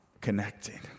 connecting